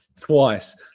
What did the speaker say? twice